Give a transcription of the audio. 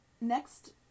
Next